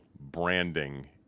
branding